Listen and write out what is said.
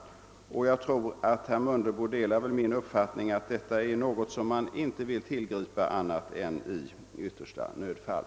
Och jag tror att herr Mundebo delar min uppfattning att detta är något som inte skall tillgripas annat än i yttersta nödfall.